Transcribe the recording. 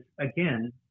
again